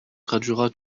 traduira